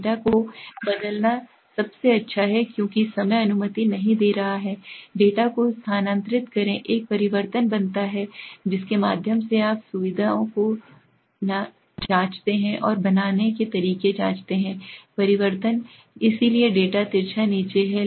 data को बदलना सबसे अच्छा है क्योंकि समय अनुमति नहीं दे रहा है डेटा को स्थानांतरित करें एक परिवर्तन बनाता है जिसके माध्यम से आप सुविधाओं को जानते हैं और बनाने के तरीके हैं परिवर्तन इसलिए डेटा तिरछा नीचे है